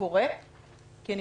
זה קורה?